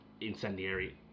incendiary